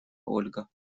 ольга